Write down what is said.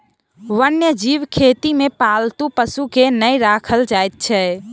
वन्य जीव खेती मे पालतू पशु के नै राखल जाइत छै